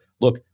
look